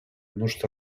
множество